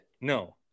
no